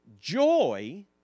joy